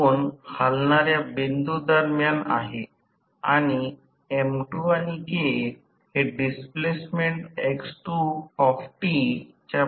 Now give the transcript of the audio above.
तर हा r Thevenin x Thevenin आहे आणि हा बिंदू a b आहे आणि नंतर हे मुळात s द्वारा जोडलेले आहे हे x 2 r2 आहे परंतु r 2 द्वारे s असे लिहिले आहे